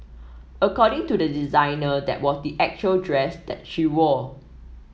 according to the designer that was the actual dress that she wore